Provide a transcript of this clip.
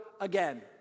again